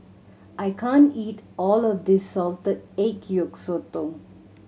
I can't eat all of this salted egg yolk sotong